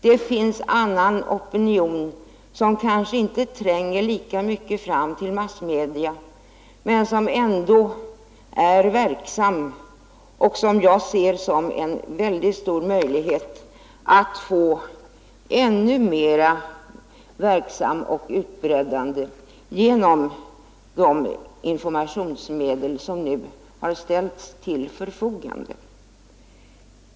Det finns annan opinion som kanske inte tränger fram lika mycket till massmedia men som ändå är verksam, Jag anser att det finns en väldigt stor möjlighet att få den att bli ännu mera verksam och utbredd genom de informationsmedel som nu har ställts till förfogande.